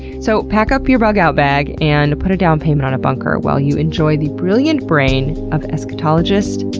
so, pack up your bug out bag and put a down payment on a bunker while you enjoy the brilliant brain of eschatologist,